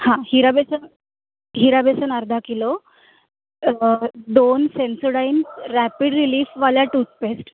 हां हिरा बेसन हिरा बेसन अर्धा किलो दोन सेन्सोडाईन रॅपिड रिलीफवाल्या टूथपेस्ट